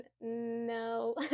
No